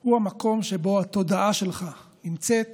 הוא המקום שבו התודעה שלך נמצאת